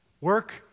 Work